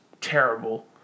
terrible